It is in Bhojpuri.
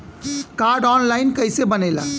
कार्ड ऑन लाइन कइसे बनेला?